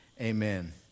Amen